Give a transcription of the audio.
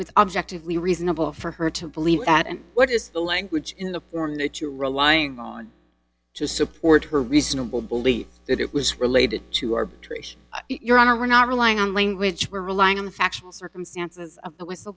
was objectively reasonable for her to believe that and what is the language in the form that you wrote to support her reasonable belief that it was related to arbitration your honor we're not relying on language we're relying on the factual circumstances of the whistle